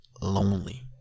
lonely